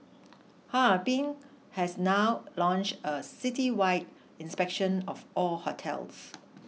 Harbin has now launched a citywide inspection of all hotels